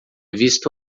visto